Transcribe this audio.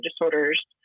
disorders